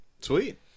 Sweet